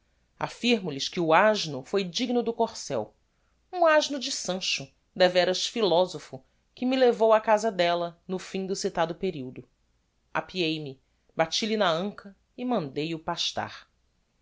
affirmo lhes que o asno foi digno do corsel um asno de sancho deveras philosopho que me levou á casa della no fim do citado periodo apeei me bati lhe na anca e mandei o pastar